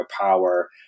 power